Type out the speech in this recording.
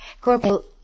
Corporal